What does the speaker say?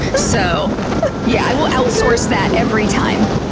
so yeah, i will outsource that every time!